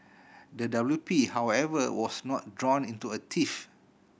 the W P however was not drawn into a tiff